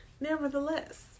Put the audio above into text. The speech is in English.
Nevertheless